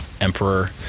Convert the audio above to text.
Emperor